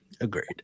Agreed